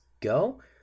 go